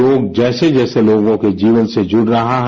योग जैसे जैसे लोगों के जीवन से जुड़ रहा है